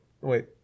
Wait